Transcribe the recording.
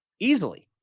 easily.